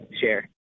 share